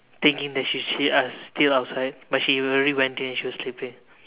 thinking that she's still out still outside but she already went in and she was sleeping